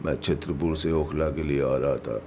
میں چھترپور سے اوکھلا کے لیے آ رہا تھا